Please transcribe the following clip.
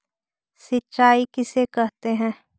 सिंचाई किसे कहते हैं?